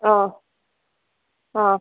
ಆಹ್ ಆಹ್